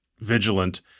vigilant